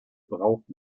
braucht